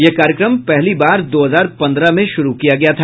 यह कार्यक्रम पहली बार दो हजार पन्द्रह में शुरू किया गया था